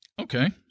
Okay